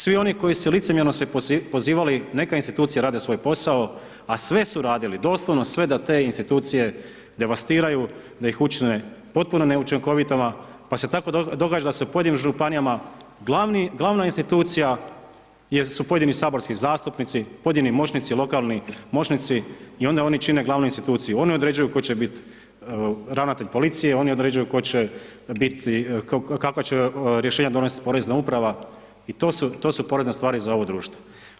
Svi oni koje su se licemjerno pozivali neka institucije rade svoj posao, a sve su radili, doslovno sve da te institucije devastiraju, da ih čine potpuno neučinkovitima, pa se tako događa da se u pojedinim županijama, glavna institucija jesu pojedini saborski zastupnici, pojedini moćnici, lokalni moćnici i onda oni čine glavnu instituciju, oni određuju tko će biti ravnatelj policije, oni određuju kakva će rješenja donesti Porezna uprava i to su porazne stvari za ovo društvo.